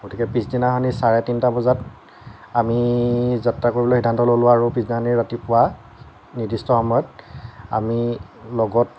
গতিকে পিছদিনাখনি চাৰে তিনিটা বজাত আমি যাত্ৰা কৰিবলৈ সিদ্ধান্ত ল'লোঁ আৰু পিছদিনাখনি ৰাতিপুৱা নিৰ্দিষ্ট সময়ত আমি লগত